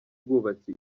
bwubatsi